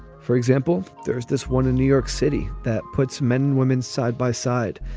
for example, there's this one in new york city that puts men and women side by side,